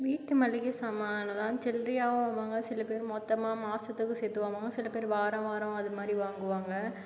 வீட்டு மளிகை சாமானெலாம் சில்லறையா வாங்குவாங்க சில பேர் மொத்தமாக மாதத்துக்கும் சேர்த்து வாங்குவாங்க சில பேர் வாரா வாரம் அது மாதிரி வாங்குவாங்க